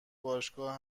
باشگاه